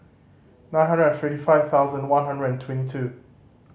nine hundred and fifty five thousand one hundred and twenty two